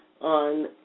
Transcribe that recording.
on